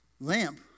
lamp